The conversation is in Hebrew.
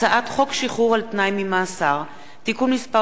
הצעת חוק שחרור על תנאי ממאסר (תיקון מס'